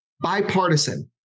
bipartisan